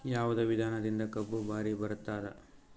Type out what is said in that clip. ಯಾವದ ವಿಧಾನದಿಂದ ಕಬ್ಬು ಭಾರಿ ಬರತ್ತಾದ?